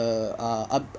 a ah up~